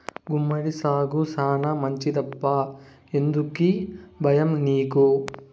గుమ్మడి సాగు శానా మంచిదప్పా ఎందుకీ బయ్యం నీకు